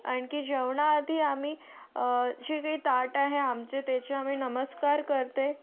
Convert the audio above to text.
आणखी जेवणाआधी आम्ही जी काही ताट आहे आमचे त्याचे आम्ही नमस्कार करते